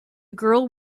girl